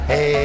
Hey